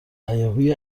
هیاهوی